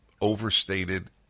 overstated